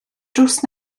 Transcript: drws